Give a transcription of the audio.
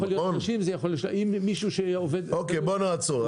זה יכול להיות 30. בוא נעצור,